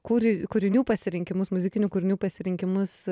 kūri kūrinių pasirinkimus muzikinių kūrinių pasirinkimus